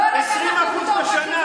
20%. 20% בשנה.